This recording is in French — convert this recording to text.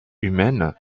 humaines